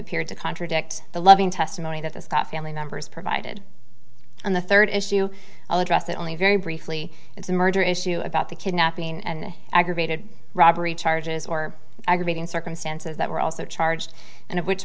appeared to contradict the loving testimony that this coffee and the numbers provided on the third issue i'll address that only very briefly it's a murder issue about the kidnapping and aggravated robbery charges or aggravating circumstances that were also charged and of which